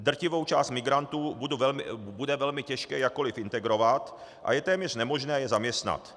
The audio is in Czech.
Drtivou část migrantů bude velmi těžké jakkoli integrovat a je téměř nemožné je zaměstnat.